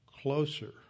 closer